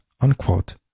unquote